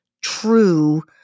true